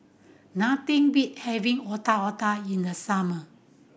nothing beat having Otak Otak in the summer